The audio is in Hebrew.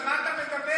על מה אתה מדבר?